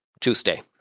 Tuesday